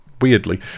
weirdly